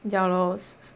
ya lor